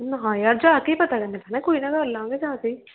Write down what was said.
ਹਾਂ ਯਾਰ ਜਾ ਕੇ ਹੀ ਪਤਾ ਲੱਗਣਾ ਕੋਈ ਨਾ ਕਰ ਲਾਂਗੇ ਜਾ ਕੇ